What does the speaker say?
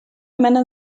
männer